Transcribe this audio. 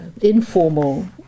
informal